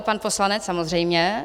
Pan poslanec samozřejmě.